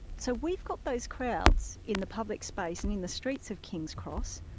so we've got those crowds in the public space and in the streets of kings cross,